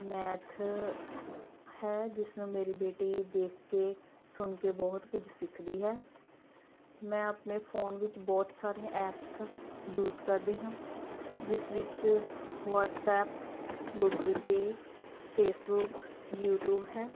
math ਹੈ ਜਿਸਨੂੰ ਮੇਰੀ ਬੇਟੀ ਦੇਖ ਕੇ ਸੁਣ ਕੇ ਬਹੁਤ ਕੁਝ ਸਿੱਖਦੀ ਹੈ ਮੈਂ ਆਪਣੇ ਫੋਨ ਵਿੱਚ ਬਹੁਤ ਸਾਰੀਆਂ ਐਪਸ ਯੂਸ ਕਰਦੀ ਹਾਂ ਜਿਸ ਵਿੱਚ WhatsApp Google Pay Facebook YouTube ਹੈ